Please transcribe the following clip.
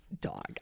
Dog